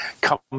come